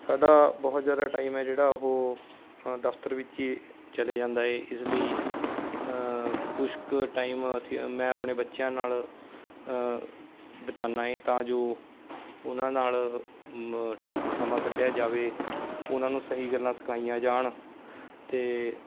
ਸਾਡਾ ਬਹੁਤ ਜ਼ਿਆਦਾ ਟਾਈਮ ਹੈ ਜਿਹੜਾ ਉਹ ਦਫ਼ਤਰ ਵਿੱਚ ਹੀ ਚਲੇ ਜਾਂਦਾ ਏ ਇਸ ਲਈ ਕੁਛ ਕੁ ਟਾਈਮ ਅਸੀਂ ਮੈਂ ਆਪਣੇ ਬੱਚਿਆਂ ਨਾਲ਼ ਬਿਤਾਉਨਾ ਏ ਤਾਂ ਜੋ ਉਹਨਾਂ ਨਾਲ਼ ਸਮਾਂ ਕੱਢਿਆ ਜਾਵੇ ਉਹਨਾਂ ਨੂੰ ਸਹੀ ਗੱਲਾਂ ਸਿਖਾਈਆਂ ਜਾਣ ਅਤੇ